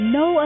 no